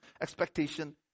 Expectation